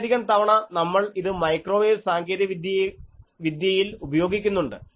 വളരെയധികം തവണ നമ്മൾ ഇത് മൈക്രോവേവ് സാങ്കേതികവിദ്യയിൽ ഉപയോഗിക്കുന്നുണ്ട്